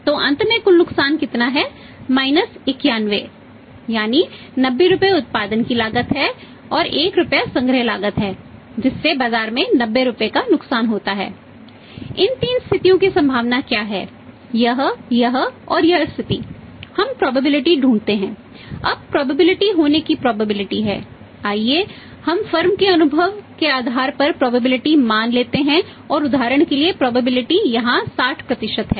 तो अंत में कुल नुकसान कितना है माइनस यहाँ 60 है